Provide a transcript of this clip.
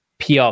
PR